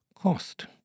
cost